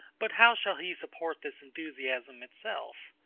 but how shall he support this enthusiasm itself?